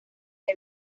que